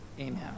Amen